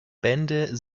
bände